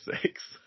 Six